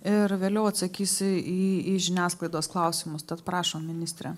ir vėliau atsakys į į žiniasklaidos klausimus tad prašom ministre